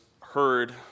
heard